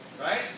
Right